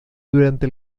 durante